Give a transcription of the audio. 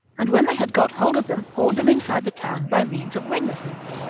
and when they had got hold of them hauled them inside the town by means of wind lasses.